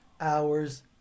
hours